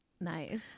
nice